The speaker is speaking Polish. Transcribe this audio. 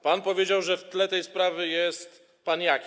Pan powiedział, że w tle tej sprawy jest pan Jaki.